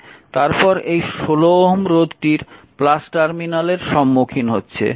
তারপর এই 16 ওহম রোধটির টার্মিনালের সম্মুখীন হচ্ছে